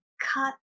cut